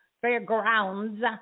fairgrounds